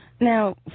Now